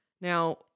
Now